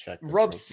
Rob